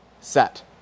set